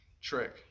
trick